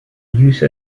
use